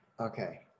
Okay